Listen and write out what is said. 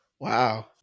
Wow